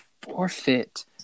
forfeit